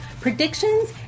predictions